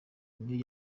niyo